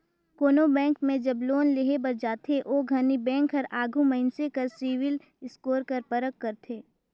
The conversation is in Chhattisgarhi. कोनो बेंक में जब लोन लेहे बर जाथे ओ घनी बेंक हर आघु मइनसे कर सिविल स्कोर कर परख करथे